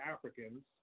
Africans